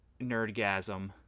Nerdgasm